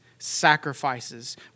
sacrifices